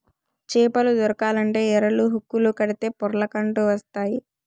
చేపలు దొరకాలంటే ఎరలు, హుక్కులు కడితే పొర్లకంటూ వస్తాయి